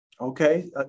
Okay